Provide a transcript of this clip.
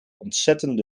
ontzettend